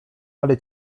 ale